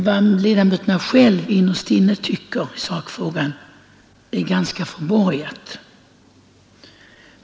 Vad ledamöterna själva innerst inne tycker i sakfrågan är ganska förborgat.